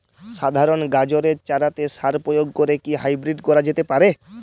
সাধারণ গাজরের চারাতে সার প্রয়োগ করে কি হাইব্রীড করা যেতে পারে?